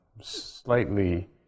slightly